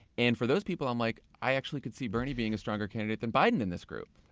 and for those people i'm like, i actually could see bernie being a stronger candidate than biden in this group.